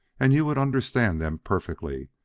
and you would understand them perfectly,